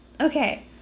Okay